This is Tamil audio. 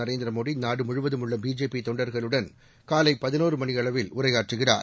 நரேந்திர மோடி நாடு முழுவதும் உள்ள பிஜேபி தொண்டர்களுடன் காலை பதினோரு மணியளவில் உரையாற்றுகிறார்